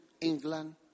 England